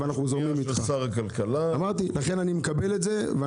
אני מקבל את זה.